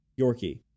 Yorkie